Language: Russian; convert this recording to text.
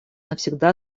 навсегда